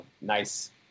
nice